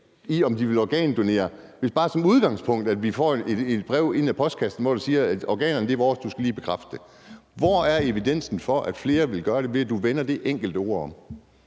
til om de vil organdonere, hvis man som udgangspunkt bare får et brev i postkassen, hvor der står: Organerne er vores, og du skal lige bekræfte det. Hvor er evidensen for, at flere vil gøre det, ved at du vender det enkelte ord om?